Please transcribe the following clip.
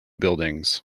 buildings